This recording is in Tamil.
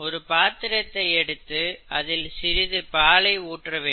ஒரு பாத்திரத்தை எடுத்து அதில் சிறிது பாலை ஊற்ற வேண்டும்